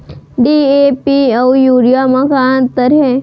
DAP अऊ urea म का अंतर हे?